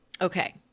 Okay